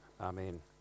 Amen